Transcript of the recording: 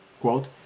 quote